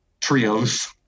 Trios